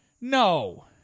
No